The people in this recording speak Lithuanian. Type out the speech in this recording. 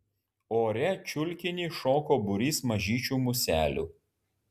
ore čiulkinį šoko būrys mažyčių muselių